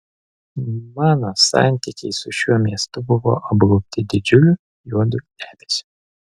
mano santykiai su šiuo miestu buvo apgaubti didžiuliu juodu debesiu